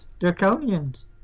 draconians